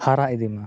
ᱦᱟᱨᱟ ᱤᱫᱤᱭ ᱢᱟ